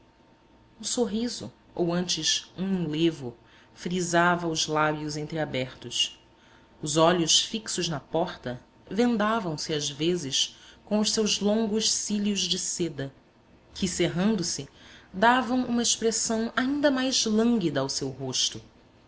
um sorriso ou antes um enlevo frisava os lábios entreabertos os olhos fixos na porta vendavam se às vezes com os seus longos cílios de seda que cerrando se davam uma expressão ainda mais lânguida ao seu rosto